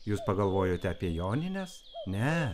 jūs pagalvojote apie jonines ne